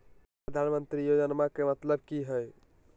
प्रधानमंत्री योजनामा के मतलब कि हय?